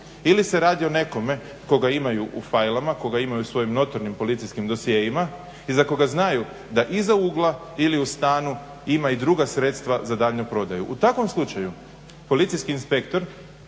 ili se radi o nekome koga imaju u fajlovima, koga imaju u svojim notornim policijskim dosjeima i za koga znaju da iza ugla ili u stanu ima i druga sredstva za daljnju prodaju. U takvom slučaju policijski inspektor